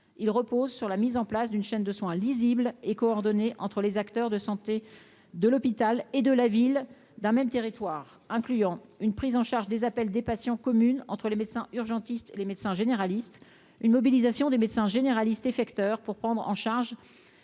il repose sur la mise en place d'une chaîne de soins lisible et coordonnée entre les acteurs de santé, de l'hôpital et de la ville d'un même territoire, incluant une prise en charge des appels des passions communes entre les médecins urgentistes Les médecins généralistes une mobilisation des médecins généralistes effecteur pour prendre en charge